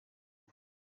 ubu